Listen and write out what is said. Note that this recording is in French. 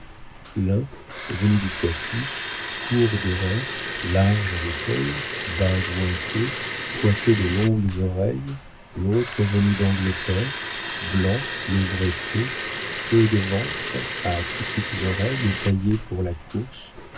l'un venu du poitou court de reins large d'épaules bas jointé coiffé de longues oreilles l'autre venu d'angleterre blanc levretté peu de ventre à petites oreilles et taillé pour la course